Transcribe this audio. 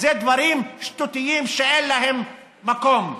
אלה דברים שטותיים שאין להם מקום.